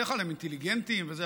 בדרך כלל הם אינטליגנטים וזה,